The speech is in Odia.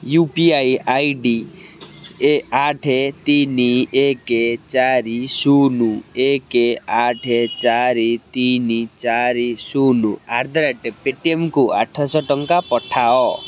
you P I I D ଏ ଆଠ ତିନି ଏକ ଚାରି ଶୂନ ଏକ ଆଠ ଚାରି ତିନି ଚାରି ଶୂନ ଆଟ୍ ଦ ରେଟ୍ ପେଟିଏମ୍କୁ ଆଠଶହ ଟଙ୍କା ପଠାଅ